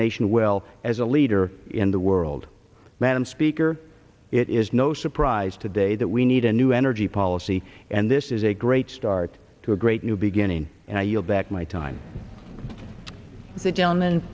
nation well as a leader in the world madam speaker it is no surprise today that we need a new energy policy and this is a great start to a great new beginning and i yield back my time